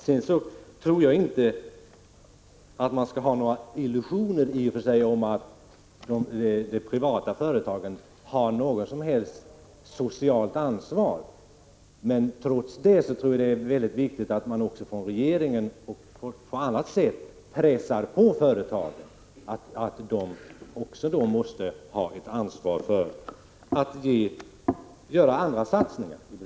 Sedan tror jag inte att man skall ha några illusioner om att de privata företagen har något som helst socialt ansvar. Trots det är det väldigt viktigt att regeringen pressar på, så att företagen får klart för sig att de har ett ansvar för att göra andra satsningar i Blekinge.